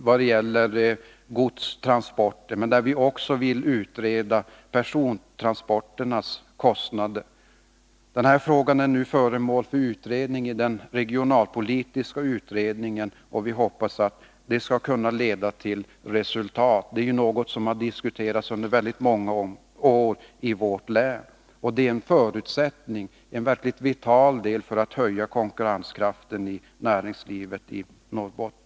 Det gäller främst godstransporterna, men vi vill också utreda kostnaderna för persontransporterna. Den här frågan är nu föremål för behandling i den regionalpolitiska utredningen, och vi hoppas att detta skall kunna leda till resultat. Denna fråga är någonting som diskuterats under väldigt många år i vårt län. Detta är en verkligt vital punkt när det gäller att höja konkurrenskraften i näringslivet i Norrbotten.